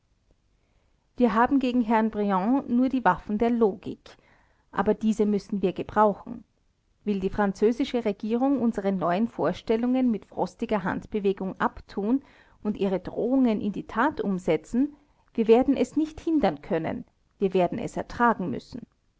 wir haben gegen herrn briand nur die waffen der logik aber diese müssen wir gebrauchen will die französische regierung unsere neuen vorstellungen mit frostiger handbewegung abtun und ihre drohungen in die tat umsetzen wir werden es nicht hindern können wir werden es ertragen müssen